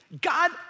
God